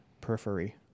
periphery